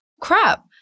crap